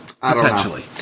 Potentially